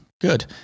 Good